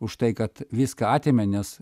už tai kad viską atėmė nes